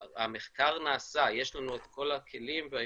והמחקר נעשה, יש לנו את כל הכלים והיכולות.